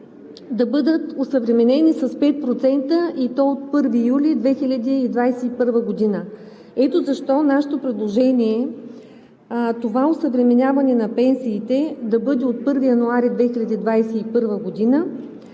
да бъдат осъвременени с 5%, и то от 1 юли 2021 г. Ето защо нашето предложение е: това осъвременяване на пенсиите да бъде от 1 януари 2021 г.,